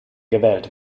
gewählt